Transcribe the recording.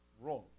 Wrong